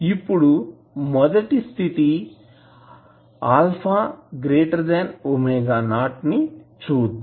ఇప్పుడు మొదటి స్థితి α ⍵0 ని చూద్దాం